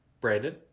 Brandon